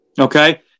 Okay